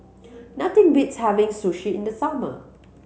nothing beats having Sushi in the summer